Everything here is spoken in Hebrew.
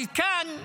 אבל כאן,